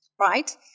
right